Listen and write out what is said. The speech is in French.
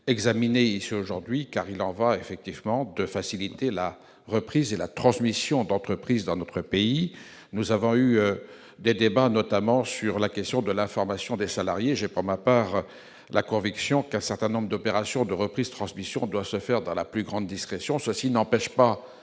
hémicycle aujourd'hui, car l'enjeu est de faciliter la reprise et la transmission d'entreprise dans notre pays. Nous avons eu des débats, notamment sur la question de l'information des salariés. J'ai pour ma part la conviction qu'un certain nombre d'opérations de reprise et de transmission doivent se faire dans la plus grande discrétion. Cela n'empêche pas,